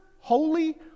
holy